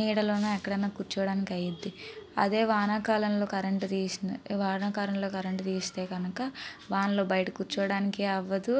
నీడలోన ఎక్కడైనా కూర్చోవడానికి అయ్యిది అదే వానాకాలంలో కరెంట్ తీసిన వానాకాలంలో కరెంట్ తీస్తే కనుక వానలో బయట కూర్చోవడానికి అవ్వదు